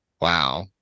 Wow